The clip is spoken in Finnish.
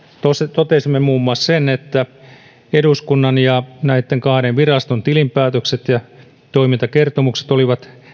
totesimme muun muassa sen että eduskunnan ja näitten kahden viraston tilinpäätökset ja toimintakertomukset olivat